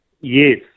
Yes